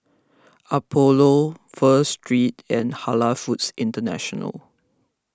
Apollo Pho Street and Halal Foods International